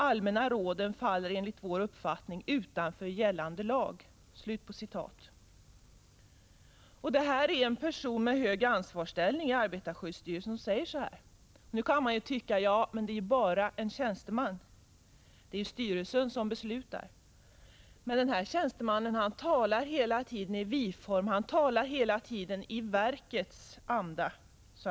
Allmänna råden faller enligt vår uppfattning utanför gällande lag.” Det är en person med hög ansvarsställning i arbetarskyddsstyrelsen som säger så. Man kan då säga att det ändå bara är en tjänsteman — det är styrelsen som beslutar. Men den här tjänstemannen talar hela tiden i vi-form; han talar hela tiden i verkets namn.